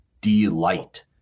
delight